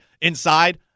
inside